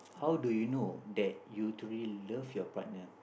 how do you know that you truly love your partner